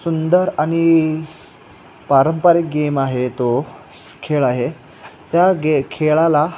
सुंदर आणि पारंपरिक गेम आहे तो खेळ आहे त्या गे खेळाला